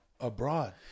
abroad